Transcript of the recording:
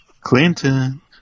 Clinton